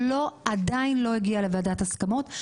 לא, עדיין לא הגיעה לוועדת הסכמות,